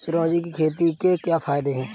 चिरौंजी की खेती के क्या फायदे हैं?